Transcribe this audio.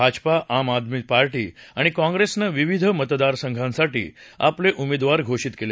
Bhajpa Aam Aadmi Party आणि काँप्रेसनं विविध मतदारसंघांसाठी आपले उमेदवार घोषित केले